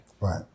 Right